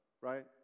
right